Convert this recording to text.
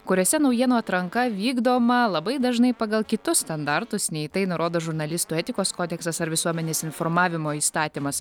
kuriose naujienų atranka vykdoma labai dažnai pagal kitus standartus nei tai nurodo žurnalistų etikos kodeksas ar visuomenės informavimo įstatymas